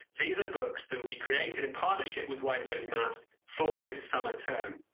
these are books that we created in partnership with white rose mask for this summer term